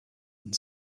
and